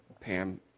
Pam